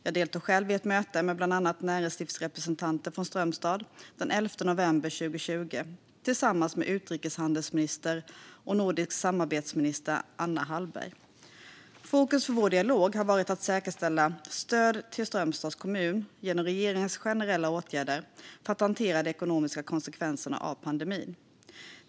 Jag deltog själv i ett möte med bland andra näringslivsrepresentanter från Strömstad den 11 november 2020 tillsammans med utrikeshandelsminister och nordisk samarbetsminister Anna Hallberg. Fokus för vår dialog har varit att säkerställa stöd till Strömstads kommun genom regeringens generella åtgärder för att hantera de ekonomiska konsekvenserna av pandemin.